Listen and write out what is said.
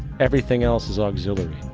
everything else is auxiliary.